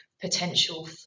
potential